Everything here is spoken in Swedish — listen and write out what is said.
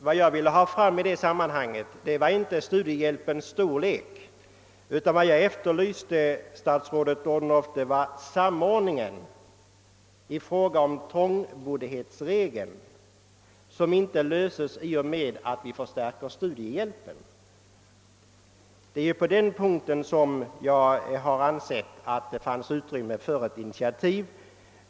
Vad jag efterlyste var inte uppgifter om <studiehjälpens storlek utan en samordning i fråga om trångboddhetsregeln, som inte löses med att vi förstärker studiehjälpen. Det är på den punkten jag har ansett att det finns utrymme för ett initiativ.